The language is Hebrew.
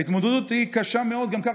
ההתמודדות של החקלאים היא קשה מאוד גם ככה,